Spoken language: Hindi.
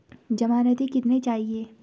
ज़मानती कितने चाहिये?